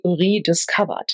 rediscovered